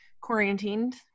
quarantined